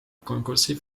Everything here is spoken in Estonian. konkursi